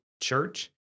Church